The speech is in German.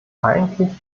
eigentlich